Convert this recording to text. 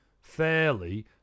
fairly